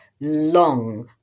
long